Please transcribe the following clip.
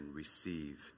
receive